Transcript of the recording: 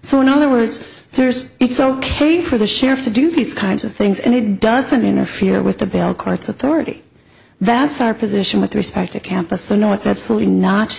so in other words there's it's ok for the sheriff to do these kinds of things and it doesn't interfere with the bail court's authority that's our position with respect to campus so no it's absolutely not